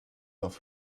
auf